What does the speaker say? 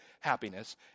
happiness